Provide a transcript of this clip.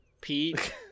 Pete